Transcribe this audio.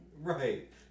Right